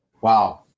Wow